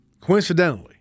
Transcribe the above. coincidentally